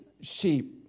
sheep